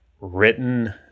written